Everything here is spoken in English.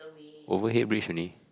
overhead bridge only